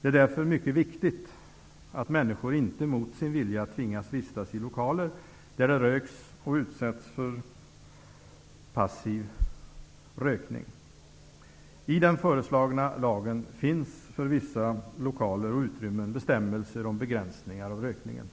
Det är därför mycket viktigt att människor inte mot sin vilja tvingas vistas i lokaler där det röks och utsättas för passiv rökning. I den föreslagna lagen finns för vissa lokaler och utrymmen bestämmelser om begränsningar av rökningen.